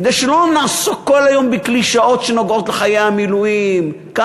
כדי שלא נעסוק כל היום בקלישאות שנוגעות לחיילי המילואים,